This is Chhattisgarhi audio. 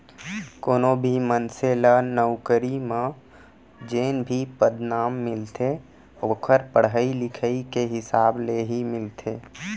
कोनो भी मनसे ल नउकरी म जेन भी पदनाम मिलथे ओखर पड़हई लिखई के हिसाब ले ही मिलथे